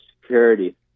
security